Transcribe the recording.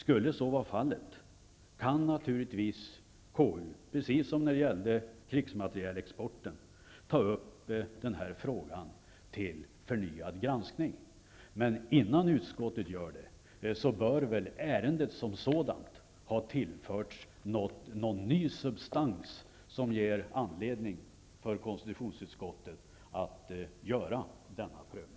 Om så är fallet, kan naturligtvis KU -- precis som när det gällde krigsmaterielexporten -- ta upp frågan till förnyad granskning. Innan utskottet gör det bör dock ärendet som sådant ha tillförts någon ny substans som ger anledning för konstitutionsutskottet att göra denna prövning.